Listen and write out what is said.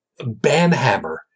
banhammer